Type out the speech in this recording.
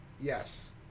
Yes